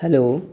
hello